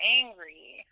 angry